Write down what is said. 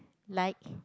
like